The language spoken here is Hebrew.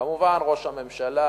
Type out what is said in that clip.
כמובן, ראש הממשלה,